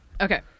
Okay